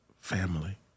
family